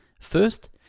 first